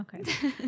Okay